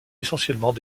essentiellement